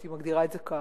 הייתי מגדירה את זה כך,